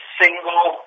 single